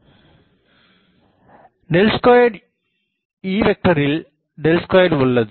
Fx duxydx jkxFxu Fx d2uxydx2 jxkx 2 Fx u ▼2Eயில் ▼2 உள்ளது